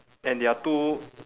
and there are two